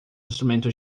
instrumento